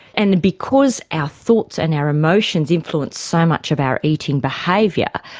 and because our thoughts and our emotions influence so much of our eating behaviour,